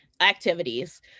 activities